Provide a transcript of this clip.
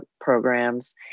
programs